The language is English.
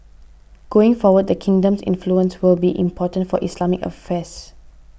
going forward the kingdom's influence will be important for Islamic affairs